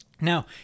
Now